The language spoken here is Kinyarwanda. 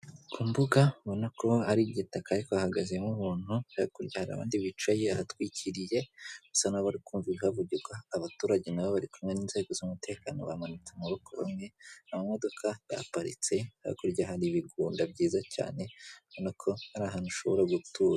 Ku mbuga ubona ko ari igitaka ariko hahagazemo umuntu yo ku kurya hari abandi bicaye ahatwikiriye usa n'abari kumva ibihavugirwa, abaturage nabo bari kumwe n'inzego z'umutekano bamanitse ama rugo bamwe amamodoka yaparitse, hakurya hari ibigunda byiza cyane ubona ko ari ahantu ushobora gutura.